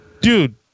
Dude